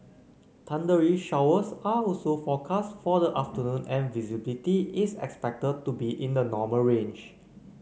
thundery showers are also forecast for the afternoon and visibility is expected to be in the normal range